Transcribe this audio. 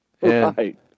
Right